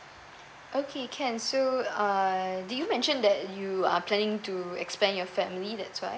okay can so uh do you mention that you are planning to expand your family that's why